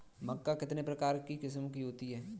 मक्का कितने किस्म की होती है?